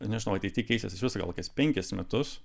nežinau ateity keisis iš vis gal kokius penkis metus